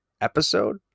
episode